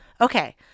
Okay